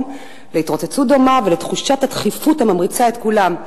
להתרוצצות דומה ולתחושת הדחיפות הממריצה את כולם,